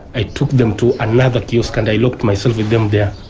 i took them to another kiosk and i locked myself with them there,